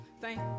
Thank